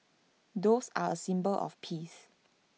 doves are A symbol of peace